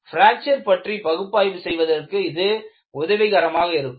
fracture பற்றி பகுப்பாய்வு செய்வதற்கு இது உதவிகரமாக இருக்கும்